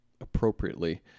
appropriately